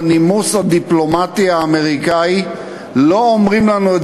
בנימוס הדיפלומטי האמריקני לא אומרים לנו את